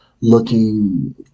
looking